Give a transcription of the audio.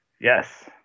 Yes